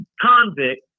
convict